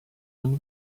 and